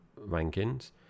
rankings